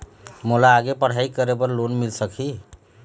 मोला आगे पढ़ई करे बर लोन मिल सकही?